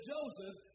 Joseph